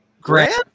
Grant